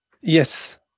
yes